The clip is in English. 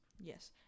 Yes